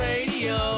Radio